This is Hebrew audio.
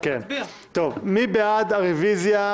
אני מתכבד לפתוח את ישיבת ועדת הכנסת ברביזיות.